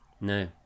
No